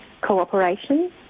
cooperation